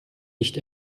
nicht